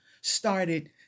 started